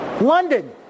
London